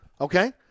Okay